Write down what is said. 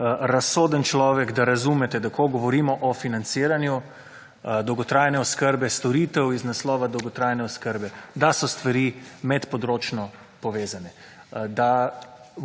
razsoden človek, da razumete, da ko govorimo o financiranju dolgotrajne oskrbe storitev iz naslova dolgotrajne oskrbe, da so stvari medpodročno povezane. Da